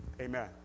Amen